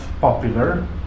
popular